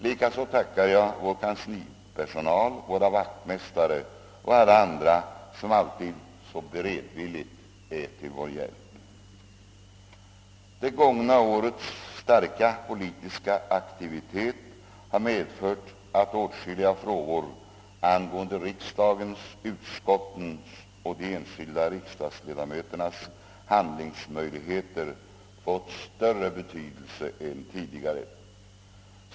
Likaså tackar jag vår kanslipersonal, våra vaktmästare och alla andra som alltid så beredvilligt är till vår hjälp. Det gångna årets starka politiska aktivitet har medfört att åtskilliga frågor angående riksdagens, utskottens och de enskilda riksdagsledamöternas handlingsmöjligheter fått större betydelse än tidigare.